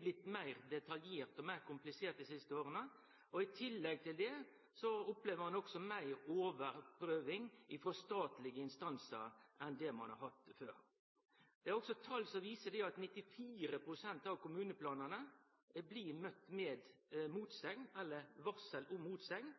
blitt meir detaljert og meir komplisert dei siste åra. I tillegg til det opplever ein meir overprøving frå statlege instansar enn det ein har hatt før. Det er også tal som viser at 94 pst. av kommuneplanane blir møtte med motsegn eller varsel om